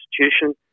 constitution